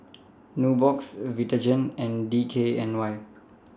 Nubox Vitagen and D K N Y